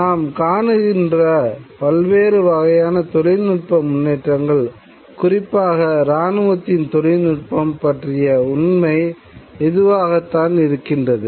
நாம் காணுகின்ற பல்வேறு வகையான தொழில்நுட்ப முன்னேற்றங்கள் குறிப்பாக இராணுவத்தின் தொழில்நுட்பம் பற்றிய உண்மை இதுவாகத்தான் இருக்கின்றது